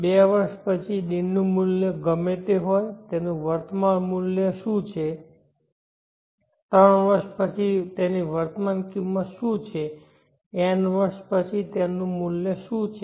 બે વર્ષ પછી D નું મૂલ્ય ગમે તે હોય તેનું મૂલ્ય વર્તમાનમાં શું છે ત્રણ વર્ષ પછી તેની વર્તમાન કિંમત શું છે n વર્ષ પછી તેનું મૂલ્ય શું છે